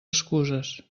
excuses